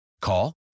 Call